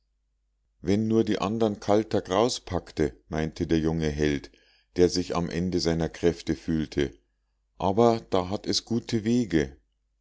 wenn nur die andern kalter graus packte meinte der junge held der sich am ende seiner kräfte fühlte aber da hat es gute wege